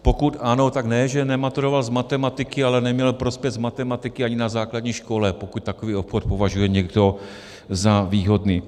Pokud ano, tak ne že nematuroval z matematiky, ale neměl prospěch z matematiky ani na základní škole, pokud takový obchod považuje někdo za výhodný.